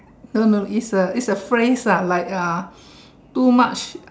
no no it's a friend lie ah do much